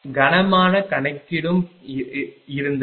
கனமான கணக்கீடும் இருந்தது